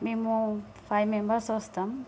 మేము five members వస్తాం